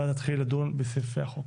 ואז נתחיל לדון בסעיפי החוק.